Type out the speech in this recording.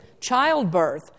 childbirth